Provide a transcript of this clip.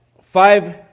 Five